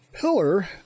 pillar